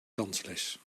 dansles